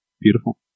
Beautiful